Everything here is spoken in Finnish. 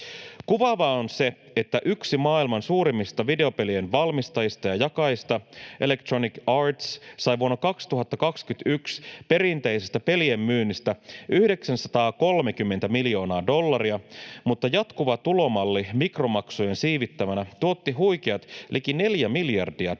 Kuvaavaa on se, että yksi maailman suurimmista videopelien valmistajista ja jakajista, Electronic Arts, sai vuonna 2021 perinteisestä pelien myynnistä 930 miljoonaa dollaria mutta jatkuva tulomalli mikromaksujen siivittämänä tuotti huikeat liki neljä miljardia dollaria.